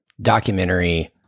documentary